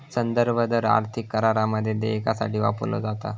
संदर्भ दर आर्थिक करारामध्ये देयकासाठी वापरलो जाता